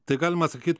tai galima sakyti